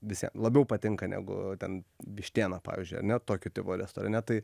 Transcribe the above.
visie labiau patinka negu ten vištiena pavyzdžiui ar ne tokio tipo restorane tai